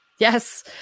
Yes